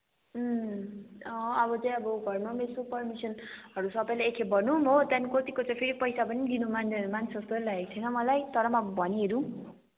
अँ अब चाहिँ अब घरमा पनि यसो पर्मिसनहरू सबैलाई एकखेप भनौँ हो त्यहाँदेखि कतिको त फेरि पैसा पनि दिनु मान्दैन मान्छ जस्तो लागेको छैन हो मलाई तर पनि अब भनी हेरौँ